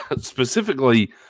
specifically